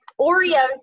Oreos